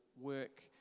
work